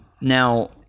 Now